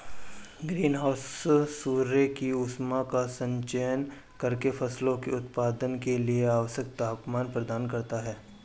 green house सूर्य की ऊष्मा का संचयन करके फसलों के उत्पादन के लिए आवश्यक तापमान प्रदान करता है